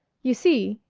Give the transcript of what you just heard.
you see,